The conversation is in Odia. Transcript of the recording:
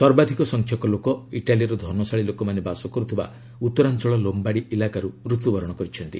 ସର୍ବାଧିକ ସଂଖ୍ୟକ ଲୋକ ଇଟାଲୀର ଧନଶାଳୀ ଲୋକମାନେ ବାସ କରୁଥିବା ଉତ୍ତରାଞ୍ଚଳ ଲୋମ୍ବାଡ଼ି ଇଲାକାରୁ ମୃତ୍ୟୁବରଣ କରିଛନ୍ତି